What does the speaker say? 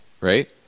right